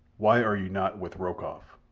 why are you not with rokoff?